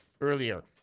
earlier